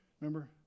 Remember